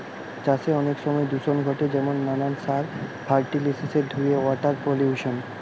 চাষে অনেক সময় দূষণ ঘটে যেমন নানান সার, ফার্টিলিসের ধুয়ে ওয়াটার পলিউশন